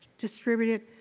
distributed,